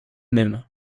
même